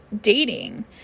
dating